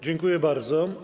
Dziękuję bardzo.